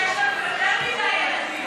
תודה רבה, אדוני השר.